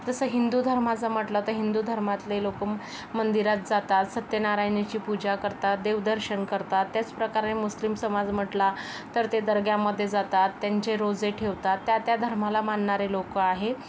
जसं हिंदू धर्माचं म्हटलं तर हिंदू धर्मातले लोकं मंदिरात जातात सत्यनारायणीची पूजा करतात देवदर्शन करतात त्याचप्रकारे मुस्लिम समाज म्हटला तर ते दर्ग्यामध्ये जातात त्यांचे रोजे ठेवतात त्या त्या धर्माला मानणारे लोक आहेत